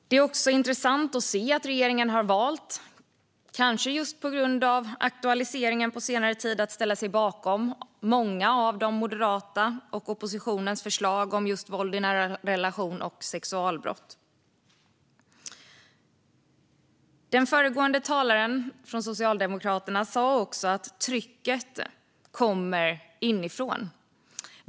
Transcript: Det är också intressant att se att regeringen har valt, kanske just på grund av aktualiseringen på senare tid, att ställa sig bakom många av Moderaternas och oppositionens förslag om just våld i nära relationer och sexualbrott. Den föregående talaren från Socialdemokraterna sa att trycket kommer inifrån.